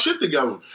together